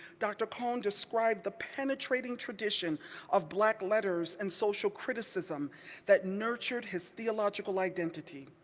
dr. cone described the penetrating tradition of black letters and social criticism that nurtured his theological identity.